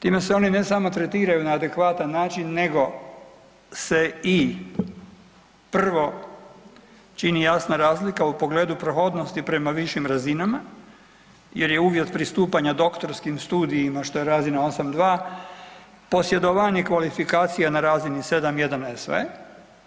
Time se oni ne samo tretiraju na adekvatan način nego se i prvo, čini jasna razlika u pogledu prohodnosti prema višim razinama jer je uvjet pristupanja doktorskim studijima, što je razina 8.2, posjedovanje kvalifikacija na razini 7.1 SV